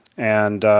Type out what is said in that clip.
and